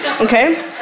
Okay